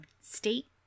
state